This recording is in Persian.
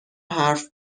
حرف